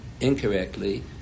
incorrectly